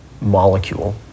molecule